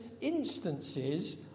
instances